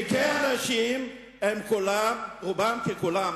תיקי הנשים הם רובם ככולם,